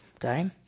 Okay